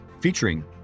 featuring